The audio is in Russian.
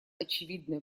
очевидное